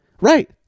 Right